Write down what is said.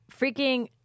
Freaking